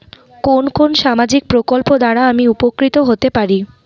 কোন কোন সামাজিক প্রকল্প দ্বারা আমি উপকৃত হতে পারি?